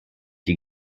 die